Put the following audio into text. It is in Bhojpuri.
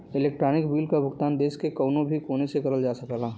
इलेक्ट्रानिक बिल क भुगतान देश के कउनो भी कोने से करल जा सकला